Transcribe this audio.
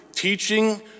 Teaching